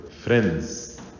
friends